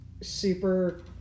super